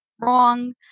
wrong